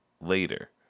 later